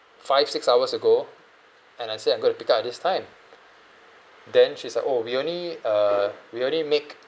five six hours ago and I said I'm going to pick up this time then she's like oh we only uh we only make